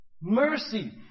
mercy